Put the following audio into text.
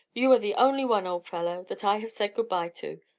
you are the only one, old fellow, that i have said good-bye to.